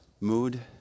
mood